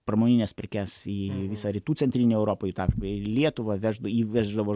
pramonines prekes į visą rytų centrinę europą į tą į lietuvą įvež įveždavo